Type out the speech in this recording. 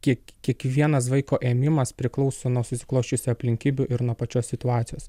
kiek kiekvienas vaiko ėmimas priklauso nuo susiklosčiusių aplinkybių ir nuo pačios situacijos